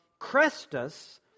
Crestus